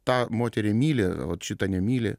tą moterį myli o šitą nemyli